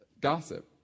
gossip